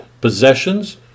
possessions